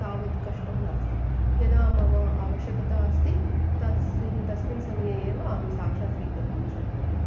तावद् कष्टं नास्ति यदा मम आवश्यकता अस्ति तस्सिन् तस्मिन् समये एव अहं साक्षात् स्वीकर्तुं शक्नोमि